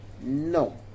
No